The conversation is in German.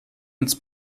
ins